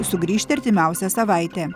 sugrįžti artimiausią savaitę